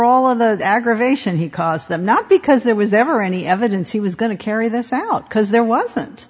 all of the aggravation he caused them not because there was ever any evidence he was going to carry this out because there wasn't